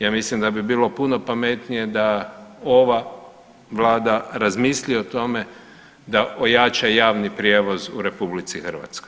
Ja mislim da bi bilo puno pametnije da ova vlada razmisli o tome da ojačaj javni prijevoz u RH.